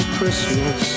Christmas